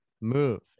move